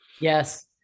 Yes